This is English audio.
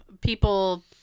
People